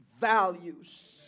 values